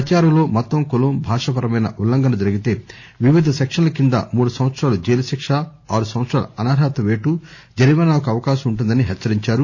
ప్రచారం లో మతం కులం భాష పరమైన ఉల్లంఘన జరిగితే వివిధ సెక్షన్ల కింద మూడు సంవత్సరాల జైలు శిక్ష ఆరు సంవత్సరాల అనర్హత వేటు జరిమానాకు అవకాశం ఉంటుందని హెచ్చరించారు